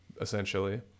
essentially